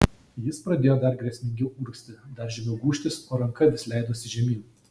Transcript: jis pradėjo dar grėsmingiau urgzti dar žemiau gūžtis o ranka vis leidosi žemyn